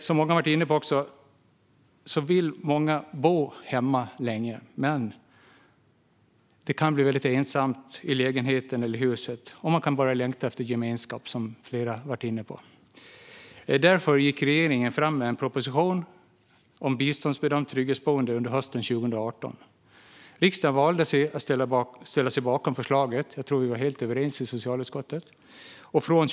Flera här har varit inne på att många äldre vill bo hemma länge. Men det kan bli väldigt ensamt i lägenheten eller huset, och man kan börja längta efter gemenskap. Därför gick regeringen under hösten 2018 fram med en proposition om biståndsbedömt trygghetsboende. Riksdagen valde att ställa sig bakom förslaget - jag tror att vi i socialutskottet var helt överens.